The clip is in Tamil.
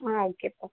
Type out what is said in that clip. ஆ ஓகேப்பா